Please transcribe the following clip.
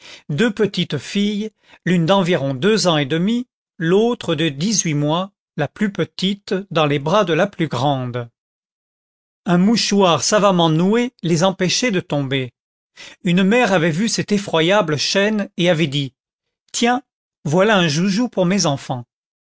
deux petites filles l'une d'environ deux ans et demi l'autre de dix-huit mois la plus petite dans les bras de la plus grande un mouchoir savamment noué les empêchait de tomber une mère avait vu cette effroyable chaîne et avait dit tiens voilà un joujou pour mes enfants